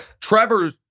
Trevor